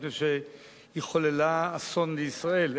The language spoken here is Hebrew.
מפני שהיא חוללה אסון לישראל.